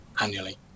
annually